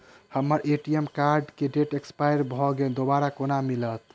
हम्मर ATM card केँ date expire भऽ गेल दोबारा कोना मिलत?